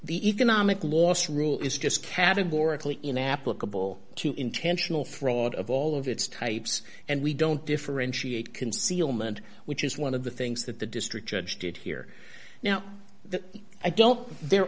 the economic loss rule is just categorically inapplicable to intentional fraud of all of its types and we don't differentiate concealment which is one of the things that the district judge did here now but i don't there